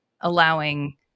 allowing